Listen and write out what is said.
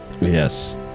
Yes